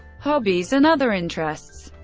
hobbies and other interests